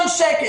שקל.